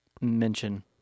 mention